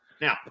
Now